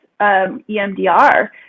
EMDR